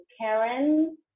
Karen